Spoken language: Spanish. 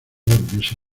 hubiese